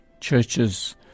churches